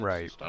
Right